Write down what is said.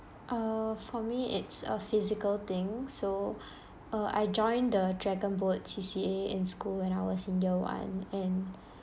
err for me it's a physical thing so uh I joined the dragon boat C_C_A in school when I was in year one and